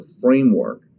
framework